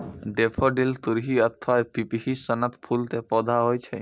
daffodil तुरही अथवा पिपही सनक फूल के पौधा होइ छै